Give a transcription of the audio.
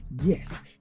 yes